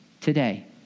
today